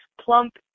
plump